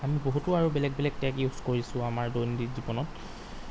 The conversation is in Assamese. আমি বহুতো আৰু বেলেগ বেলেগ টেগ ইউজ কৰিছোঁ আমাৰ দৈনন্দিন জীৱনত